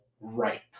right